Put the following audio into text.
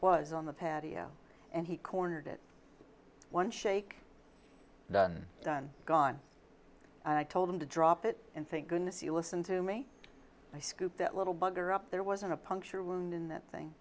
on the patio and he cornered it one shake done done gone i told him to drop it and think goodness you listen to me i scooped that little bugger up there wasn't a puncture wound in that thing